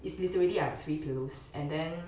is literally I have three pillows and then